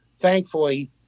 Thankfully